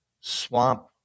swamp